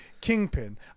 Kingpin